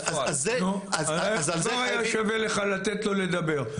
נו אז היה שווה לך לתת לו לדבר.